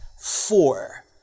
Four